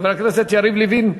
חבר הכנסת יריב לוין,